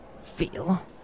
Feel